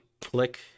click